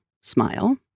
smile